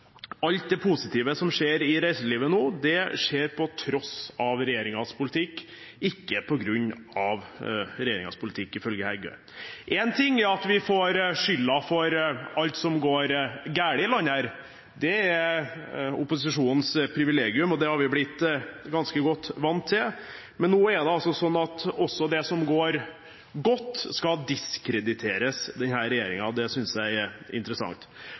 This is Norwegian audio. alt det positive som skjer i reiselivet nå, det skjer på tross av regjeringens politikk, ikke på grunn av regjeringens politikk, ifølge Heggø. Én ting er at vi får skylden for alt som går galt i dette landet, det er opposisjonens privilegium, og det er vi blitt ganske godt vant til. Nå er det sånn at også det som går godt, skal diskrediteres denne regjeringen. Det synes jeg er interessant.